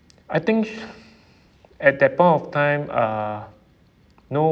I think at that point of time uh no